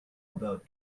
about